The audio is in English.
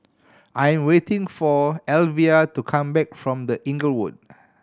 I'm waiting for Elvia to come back from The Inglewood